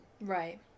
right